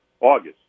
August